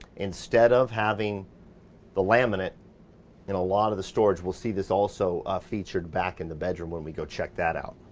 instead of having the laminate in a lot of the storage. we'll see this also featured back in the bedroom when we go check that out.